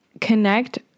connect